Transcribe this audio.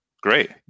Great